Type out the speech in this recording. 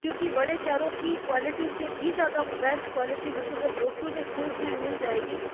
क्योंकि बड़े शहरों की क्वालिटी से भी ज़्यादा बेस्ट क्वालिटी मुझे जब जोधपुर के स्कूल्स में मिल जाएगी